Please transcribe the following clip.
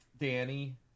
Danny